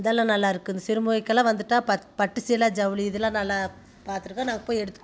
இதெல்லாம் நல்லாயிருக்கும் இந்த சிறுமுகைல்லாம் வந்துவிட்டா ப பட்டு சீலை ஜவுளி இதெலாம் நல்லா பார்த்துருக்கோம் நாங்கள் போய் எடுத்து